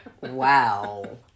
Wow